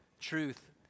truth